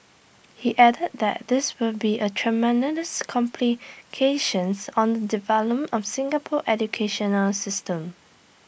he added that this will be A tremendous complications on the development of Singapore educational system